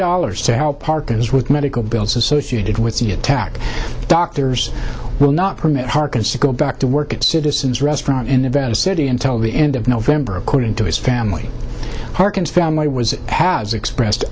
dollars to help parkas with medical bills associated with the attack doctors will not permit harkins to go back to work at citizens restaurant in the valley city until the end of november according to his family harkens family was has expressed